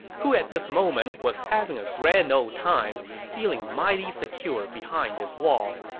who at this moment was having a grand ol' time, feeling mighty secure behind his wall.